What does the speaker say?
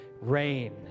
Rain